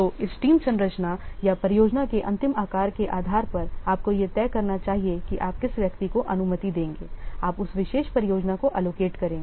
तो इस टीम संरचना या परियोजना के अंतिम आकार के आधार पर आपको यह तय करना चाहिए कि आप किस व्यक्ति को अनुमति देंगे आप उस विशेष परियोजना को एलोकेट करेंगे